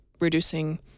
reducing